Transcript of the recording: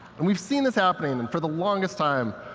and we've seen this happening. and for the longest time,